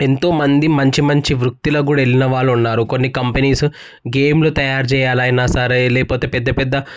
ఎంతోమంది మంచి మంచి వృత్తిలో కూడా వెళ్ళిన వాళ్ళు కూడా ఉన్నారు కొన్ని కంపెనీస్ గేమ్లు తయారు చేయాలని సరే లేకపోతే పెద్దపెద్ద